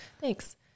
Thanks